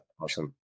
Awesome